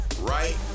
right